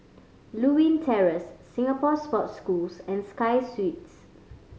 Lewin Terrace Singapore Sports Schools and Sky Suites